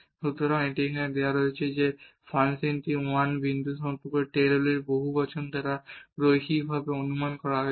সুতরাং এটি এখানে দেওয়া হয়েছে যে এই ফাংশনটি 1 বিন্দু সম্পর্কে টেলরের পলিনোমিয়াল দ্বারা রৈখিকভাবে অনুমান করা হয়েছে